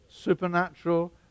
supernatural